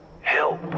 help